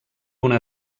una